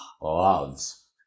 loves